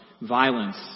violence